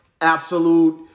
absolute